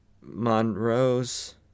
Monroe's